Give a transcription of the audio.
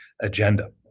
agenda